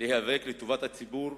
להיאבק לטובת הציבור